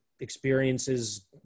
experiences